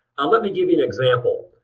um let me give you an example.